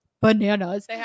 bananas